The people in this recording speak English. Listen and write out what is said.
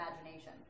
imagination